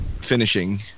finishing